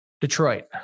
Detroit